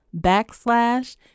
backslash